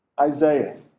Isaiah